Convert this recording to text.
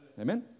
Amen